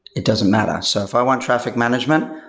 it doesn't matter. so if i want traffic management,